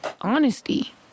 honesty